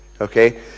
okay